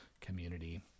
community